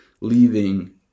leaving